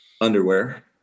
Underwear